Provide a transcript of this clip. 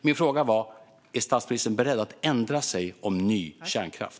Min fråga var: Är statsministern beredd att ändra sig om ny kärnkraft?